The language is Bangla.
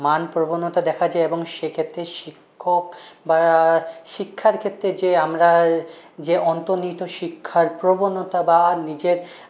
মান প্রবণতা দেখা যায় এবং সে ক্ষেত্রে শিক্ষক বা শিক্ষার ক্ষেত্রে যে আমরা যে অন্তর্নিহিত শিক্ষার প্রবণতা বা নিজের